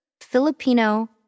Filipino